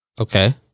Okay